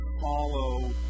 follow